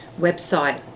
website